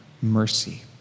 mercy